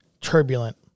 turbulent